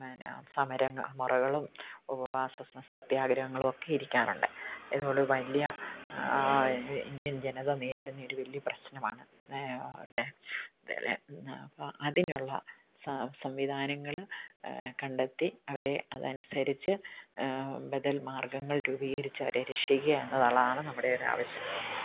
പിന്നെ സമരമുറകളും ഉപവാസ സ സത്യാഗ്രഹങ്ങളും ഒക്കെ ഇരിക്കാറുണ്ട് ഇതുപോലെ വലിയ ഇന്ത്യന് ജനത നേരിടുന്ന ഒരു വലിയ പ്രശ്നമാണ് നേ അവരുടെ അപ്പം അതിനുള്ള സാ സംവിധാനങ്ങൾ കണ്ടെത്തി അവരെ അതനുസരിച്ച് ബദല്മാര്ഗ്ഗങ്ങള് രൂപീകരിച്ച് അവരെ രക്ഷിക്കുക എന്നുള്ളതാണ് നമ്മുടെ ഒരു ആവശ്യം